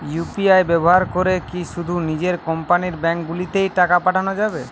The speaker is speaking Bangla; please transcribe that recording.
ইউ.পি.আই ব্যবহার করে কি শুধু নিজের কোম্পানীর ব্যাংকগুলিতেই টাকা পাঠানো যাবে?